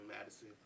Madison